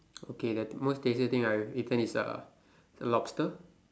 okay the most tastiest thing I've eaten is a is a lobster